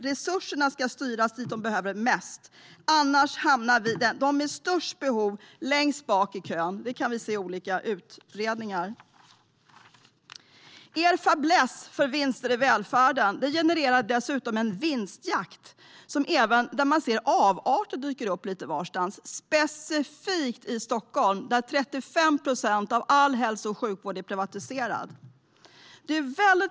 Resurserna ska styras dit de behövs mest. Annars hamnar de med störst behov längst bak i kön. Det kan vi se i olika utredningar. Er fäbless för vinster i värden genererar dessutom en vinstjakt där även avarter dyker upp, specifikt i Stockholm, där 35 procent av all hälso och sjukvård är privatiserad.